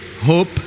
hope